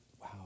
Wow